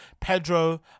Pedro